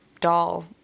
doll